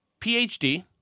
PhD